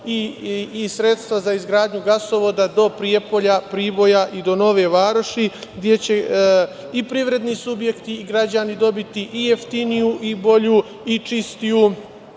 i sredstva za izgradnju gasovoda do Prijepolja, Priboja i do Nove Varoši, gde će i privredni subjekti i građani dobiti i jeftiniju i bolju i čistiju